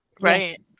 right